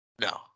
no